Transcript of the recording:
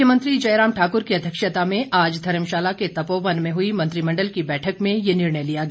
मुख्यमंत्री जयराम ठाकुर की अध्यक्षता में आज धर्मशाला के तपोवन में हुई मंत्रिमंडल की बैठक में ये निर्णय लिया गया